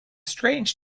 strange